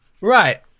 Right